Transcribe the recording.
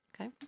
Okay